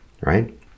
right